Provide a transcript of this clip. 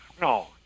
No